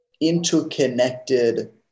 interconnected